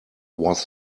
was